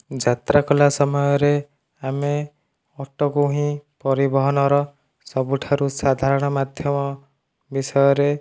ଯାତ୍ରା କଲା ସମୟରେ ଆମେ ଅଟୋକୁ ହିଁ ପରିବହନର ସବୁଠାରୁ ସାଧାରଣ ମାଧ୍ୟମ ବିଷୟରେ